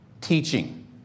teaching